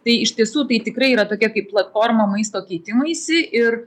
tai iš tiesų tai tikrai yra tokia kaip platform maisto keitimuisi ir